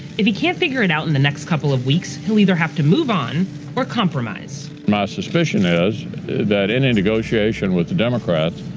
if he can't figure it out in the next couple of weeks, he'll either have to move on or compromise. my suspicion is that any negotiation with the democrats